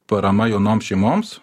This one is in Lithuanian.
parama jaunom šeimoms